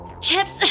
Chips